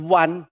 one